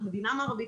אנחנו מדינה מערבית,